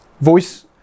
Voice